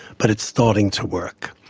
but it's starting to work.